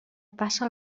passa